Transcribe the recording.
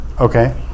Okay